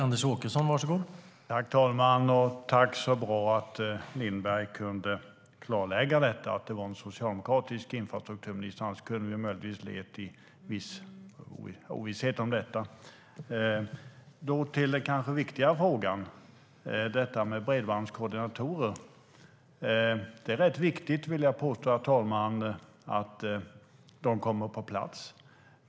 Herr talman! Det var bra att Lindberg kunde klarlägga att det var en socialdemokratisk infrastrukturminister. Annars kunde det möjligtvis ha rått viss ovisshet om detta. Jag går över till den kanske viktigare frågan, detta med bredbandskoordinatorer. Det är väldigt viktigt att de kommer på plats, vill jag påstå, herr talman.